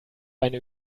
eine